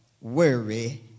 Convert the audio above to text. worry